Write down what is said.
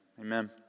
Amen